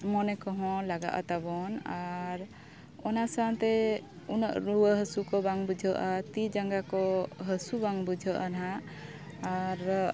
ᱢᱚᱱᱮ ᱠᱚᱦᱚᱸ ᱞᱟᱜᱟᱜᱼᱟ ᱛᱟᱵᱚᱱ ᱟᱨ ᱚᱱᱟ ᱥᱟᱶᱛᱮ ᱩᱱᱟᱹᱜ ᱨᱩᱣᱟᱹ ᱦᱟᱥᱩ ᱠᱚ ᱵᱟᱝ ᱵᱩᱡᱷᱟᱹᱜᱼᱟ ᱛᱤ ᱡᱟᱸᱜᱟ ᱠᱚ ᱦᱟᱹᱥᱩ ᱵᱟᱝ ᱵᱩᱡᱷᱟᱹᱜᱼᱟ ᱱᱟᱜ ᱟᱨ